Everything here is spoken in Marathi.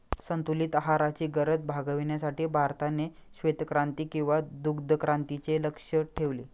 संतुलित आहाराची गरज भागविण्यासाठी भारताने श्वेतक्रांती किंवा दुग्धक्रांतीचे लक्ष्य ठेवले